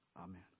Amen